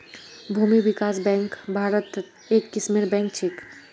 भूमि विकास बैंक भारत्त एक किस्मेर बैंक छेक